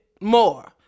more